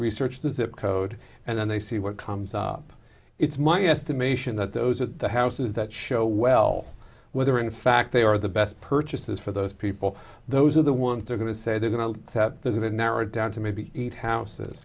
research the zip code and then they see what comes up it's my estimation that those are the houses that show well whether in fact they are the best purchases for those people those are the ones they're going to say they're going to step that have narrowed down to maybe eight houses